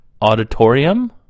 Auditorium